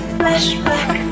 flashback